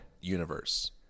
universe